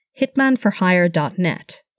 hitmanforhire.net